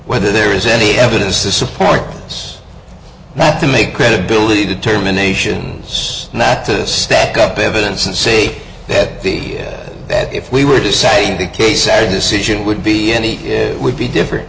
whether there is any evidence to support us not to make credibility determinations not to stack up evidence and say that the bet if we were deciding the case our decision would be any it would be different